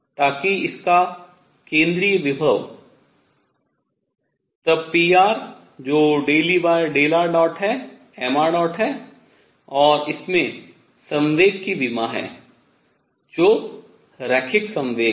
ताकि इसका केंद्रीय विभव तब pr जो ∂E∂ṙ है mṙ है और इसमें संवेग की विमा हैं जो रैखिक संवेग है